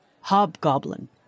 Hobgoblin